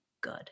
good